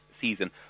season